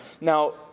Now